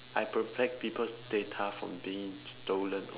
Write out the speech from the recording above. I protect people's data from being stolen